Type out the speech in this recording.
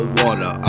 water